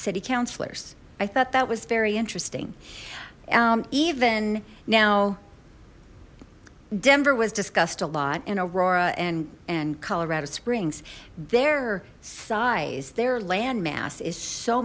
city councilors i thought that was very interesting even now denver was discussed a lot in aurora and and colorado springs there sighs their landmass is so